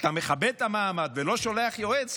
אתה מכבד את המעמד ולא שולח יועץ.